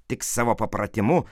tik savo papratimu